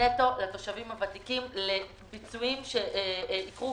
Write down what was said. ונטו לתושבים הוותיקים לפיצויים שיקרו